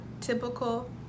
typical